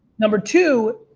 number two,